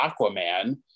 Aquaman